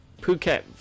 phuket